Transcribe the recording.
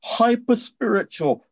hyperspiritual